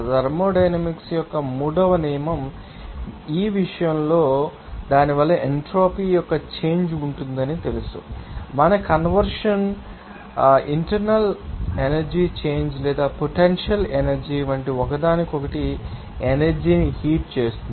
thermodynamics యొక్క మూడవ నియమం మీ విషయంలో మీకు తెలుసు దానివల్ల ఎంట్రోపీ యొక్క చేంజ్ ఉంటుందని మీకు తెలుసు మన కన్వర్షన్ మీకు తెలుసా ఇంటర్నల్ ఎనర్జీ చేంజ్ లేదా పొటెన్షియల్ ఎనర్జీ వంటి ఒకదానికొకటి ఎనర్జీ ని హీట్ చేస్తుంది